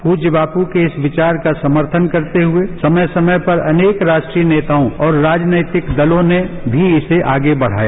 प्रज्य बाप्र के इस विचार का समर्थन करते हुए समय समय पर अनेक राष्ट्रीय नेताओं और राजनीतिक दलों ने भी इसे आगे बढ़ाया